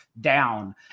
down